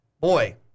Boy